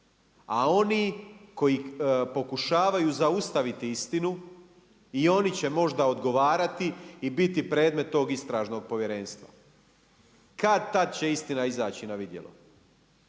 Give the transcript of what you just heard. a oni koji pokušavaju zaustaviti istinu i oni će možda odgovarati i biti predmet tog istražnog povjerenstva. Kad-tad će istina izaći na vidjelo